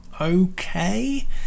okay